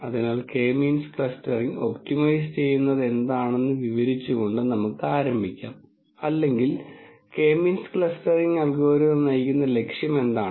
അതിനാൽ K means clustering optimise ചെയ്യുന്നതെന്താണെന്ന് വിവരിച്ചുകൊണ്ട് നമുക്ക് ആരംഭിക്കാം അല്ലെങ്കിൽ K മീൻസ് ക്ലസ്റ്ററിംഗ് അൽഗോരിതം നയിക്കുന്ന ലക്ഷ്യം എന്താണ്